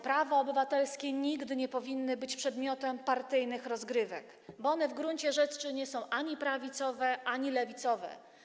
Prawa obywatelskie nigdy nie powinny być przedmiotem partyjnych rozgrywek, bo one w gruncie rzeczy nie są ani prawicowe, ani lewicowe.